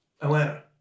Atlanta